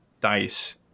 dice